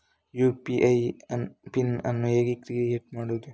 UPI PIN ಅನ್ನು ಹೇಗೆ create ಮಾಡುದು?